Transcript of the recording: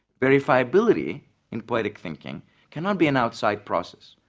verifiability in poetic thinking cannot be an outside process,